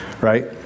right